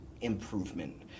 improvement